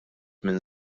minn